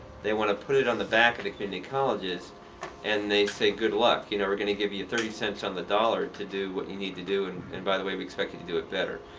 they want to put it on the back of the community colleges and they say good luck. you know, we're going to give you you thirty cents on the dollar to do what you need to do, and by the way, we expect you to do it better.